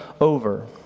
over